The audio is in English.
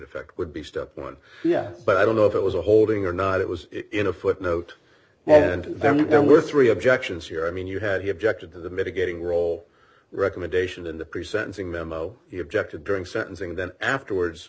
effect would be step one yes but i don't know if it was a holding or not it was in a footnote now and then there were three objections here i mean you had he objected to the mitigating role recommendation in the pre sentencing memo he objected during sentencing then afterwards